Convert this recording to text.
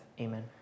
Amen